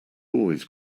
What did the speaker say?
always